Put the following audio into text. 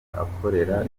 ahakorera